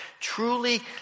Truly